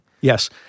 yes